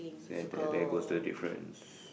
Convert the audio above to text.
said and there goes the difference